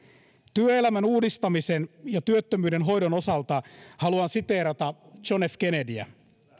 työelämän uudistamisen ja työttömyyden hoidon osalta haluan siteerata john f kennedyä